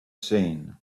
seen